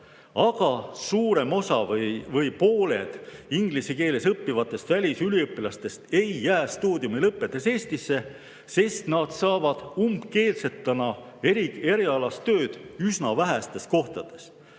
Aga suurem osa või pooled inglise keeles õppivatest välisüliõpilastest ei jää stuudiumi lõppedes Eestisse, sest nad saaksid umbkeelsena erialast tööd üsna vähestes kohtades.